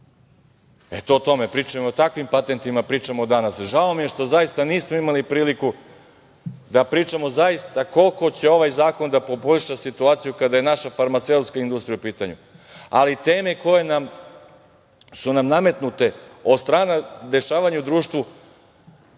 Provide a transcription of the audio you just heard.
Tinto“. O tome pričamo i o takvim patentima pričamo danas. Žao mi je što zaista nismo imali priliku da pričamo zaista koliko će ovaj zakon da poboljša situaciju kada je naša farmaceutska industrija u pitanju. Ali, teme koje su nam nametnute od strane dešavanja društvu,